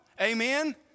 Amen